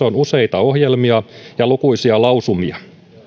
on useita ohjelmia ja lukuisia lausumia